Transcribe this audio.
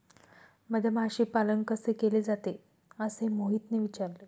मधमाशी पालन कसे केले जाते? असे मोहितने विचारले